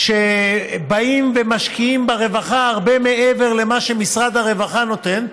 כשבאים ומשקיעים ברווחה הרבה מעבר למה שמשרד הרווחה נותן,